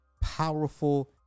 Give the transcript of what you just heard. powerful